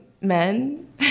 men